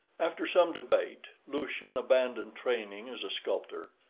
after some debate lucian abandoned training as a sculptor,